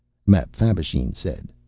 mapfabvisheen said,